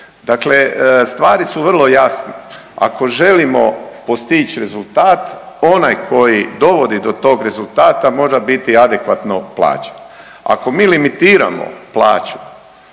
Dakle, stvari su vrlo jasne. Ako želimo postići rezultat onaj koji dovodi do tog rezultata mora biti adekvatno plaćen. Ako mi limitiramo plaću